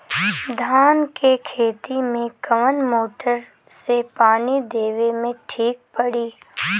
धान के खेती मे कवन मोटर से पानी देवे मे ठीक पड़ी?